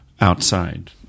outside